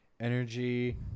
energy